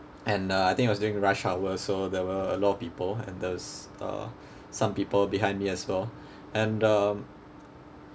and uh I think it was during rush hour so there were a lot of people and those uh some people behind me as well and um